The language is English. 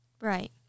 Right